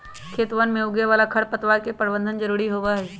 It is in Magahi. खेतवन में उगे वाला खरपतवार के प्रबंधन जरूरी होबा हई